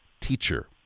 teacher